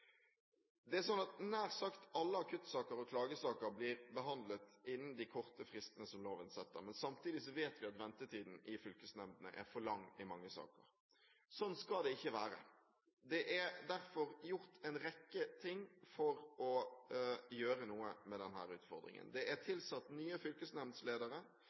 mange saker. Sånn skal det ikke være. Det er derfor gjort en rekke ting for å gjøre noe med den utfordringen. Det er tilsatt nye fylkesnemndsledere,